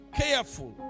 careful